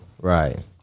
Right